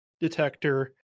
detector